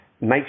make